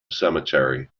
cemetery